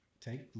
Take